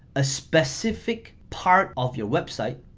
a specific part of your website.